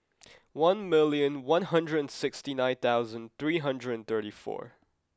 one million one hundred and sixty nine thousand three hundred and thirty four